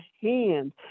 hand